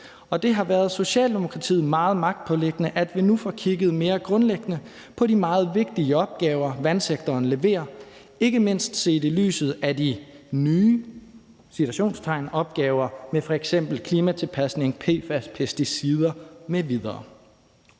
Det har været Socialdemokratiet meget magtpåliggende, at vi nu får kigget mere grundlæggende på de meget vigtige opgaver, vandsektoren leverer, ikke mindst set i lyset af de – i citationstegn – nye opgaver med f.eks. klimatilpasning, PFAS, pesticider m.v.